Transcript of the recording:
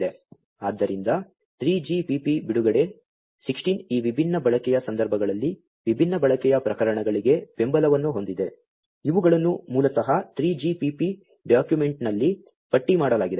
ಆದ್ದರಿಂದ 3GPP ಬಿಡುಗಡೆ 16 ಈ ವಿಭಿನ್ನ ಬಳಕೆಯ ಸಂದರ್ಭಗಳಲ್ಲಿ ವಿಭಿನ್ನ ಬಳಕೆಯ ಪ್ರಕರಣಗಳಿಗೆ ಬೆಂಬಲವನ್ನು ಹೊಂದಿದೆ ಇವುಗಳನ್ನು ಮೂಲತಃ 3GPP ಡಾಕ್ಯುಮೆಂಟ್ನಲ್ಲಿ ಪಟ್ಟಿ ಮಾಡಲಾಗಿದೆ